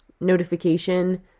notification